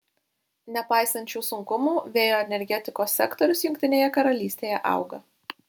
nepaisant šių sunkumų vėjo energetikos sektorius jungtinėje karalystėje auga